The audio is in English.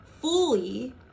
fully